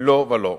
לא ולא.